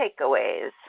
takeaways